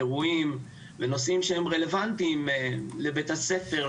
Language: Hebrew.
אירועים בנושאים שהם רלוונטיים לבית הספר,